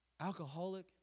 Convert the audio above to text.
alcoholic